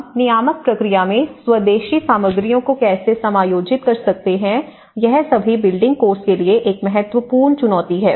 हम नियामक प्रक्रिया में स्वदेशी सामग्रियों को कैसे समायोजित कर सकते हैं यह सभी बिल्डिंग कोर्स के लिए एक महत्वपूर्ण चुनौती है